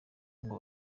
ngo